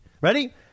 Ready